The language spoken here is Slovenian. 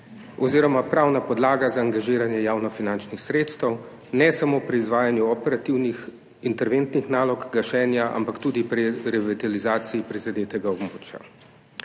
oziroma pravna podlaga za angažiranje javnofinančnih sredstev, ne samo pri izvajanju operativnih interventnih nalog gašenja, ampak tudi pri revitalizaciji prizadetega območja.